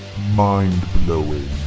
Mind-blowing